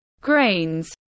grains